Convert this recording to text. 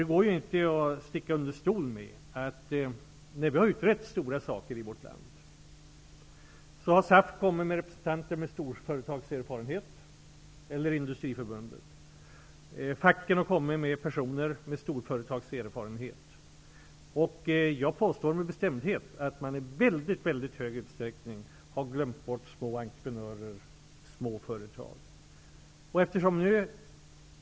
Det går ju inte att sticka under stol med att i samband med stora utredningar i vårt land har SAF kommit med representanter med storföretagserfarenhet eller från Industriförbundet och facken har kommit med personer med storföretagserfarenhet. Jag påstår med bestämdhet att man i väldigt väldigt stor utsträckning har glömt bort små entreprenörer och små företag.